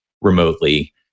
remotely